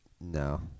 No